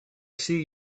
see